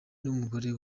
n’umugore